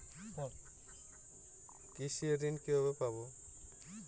কৃষি ঋন কিভাবে পাব?